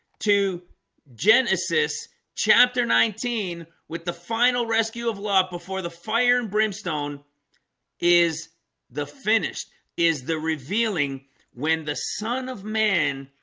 to genesis chapter nineteen with the final rescue of love before the fire and brimstone is the finished is the revealing when the son of man?